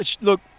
look